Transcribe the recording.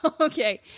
Okay